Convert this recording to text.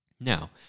Now